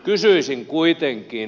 kysyisin kuitenkin